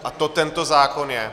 A to tento zákon je.